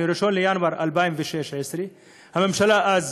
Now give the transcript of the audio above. מ-1 בינואר 2016. הממשלה אז,